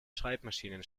schreibmaschinen